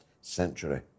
century